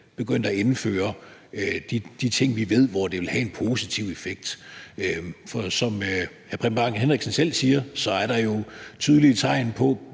begyndte at indføre de ting, som vi ved vil have en positiv effekt? For som hr. Preben Bang Henriksen selv siger, er der jo tydelige tegn på